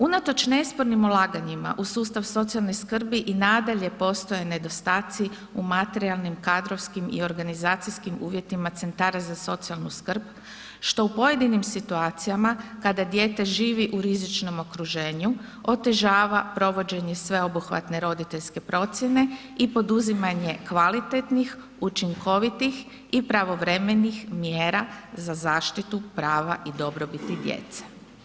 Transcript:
Unatoč nespornim ulaganjima u sustav socijalne skrbi i nadalje postoje nedostaci u materijalnim, kadrovskim i organizacijskim uvjetima centara za socijalnu skrb, što u pojedinim situacijama, kada dijete živi u rizičnom okruženju, otežava provođenje sveobuhvatne roditeljske procjene i poduzimanje kvalitetnih, učinkovitih i pravovremenih mjera za zaštitu prava i dobrobiti djece.